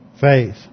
faith